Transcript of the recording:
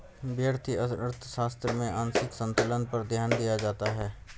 व्यष्टि अर्थशास्त्र में आंशिक संतुलन पर ध्यान दिया जाता है